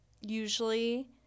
usually